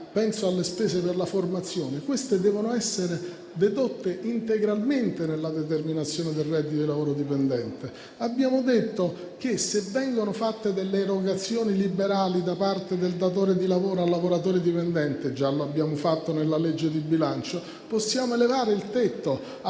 la mobilità, per la formazione), queste devono essere dedotte integralmente nella determinazione del reddito da lavoro dipendente. Abbiamo detto che, se vengono fatte delle erogazioni liberali da parte del datore di lavoro al lavoratore dipendente - già lo abbiamo fatto nella legge di bilancio - possiamo elevare il tetto a